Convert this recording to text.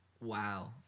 Wow